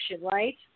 right